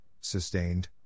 sustained